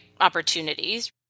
opportunities